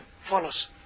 follows